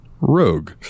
Rogue